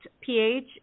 pH